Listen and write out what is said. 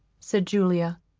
said julia,